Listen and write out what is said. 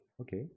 Okay